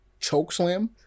chokeslam